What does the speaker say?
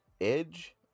Edge